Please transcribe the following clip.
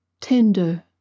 tender